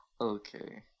Okay